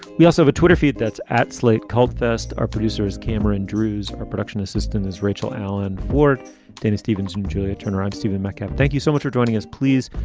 we also have a twitter feed that's at slate called first. our producers camera andrew's a production assistant is rachel and alan were dennis stevens and julia turnaround's tv mekka. thank you so much for joining us. please.